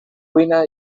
cuina